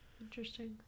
interesting